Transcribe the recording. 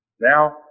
Now